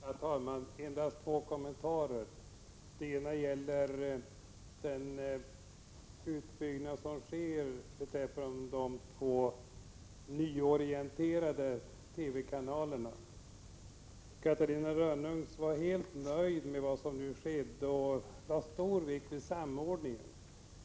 Herr talman! Endast två kommentarer. Den ena gäller den utbyggnad som sker beträffande de två nyorienterade TV-kanalerna. Catarina Rönnung var helt nöjd med vad som nu skedde och lade stor vikt vid samordningen.